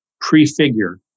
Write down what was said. prefigure